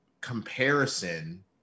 comparison